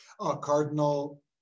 Cardinal